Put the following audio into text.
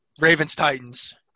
Ravens-Titans